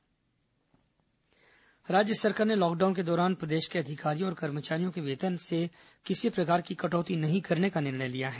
corona वेतन कटौती राज्य सरकार ने लॉकडाउन के दौरान प्रदेश के अधिकारियों और कर्मचारियों के वेतन से किसी प्रकार की कटौती नहीं करने का निर्णय लिया है